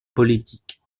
politique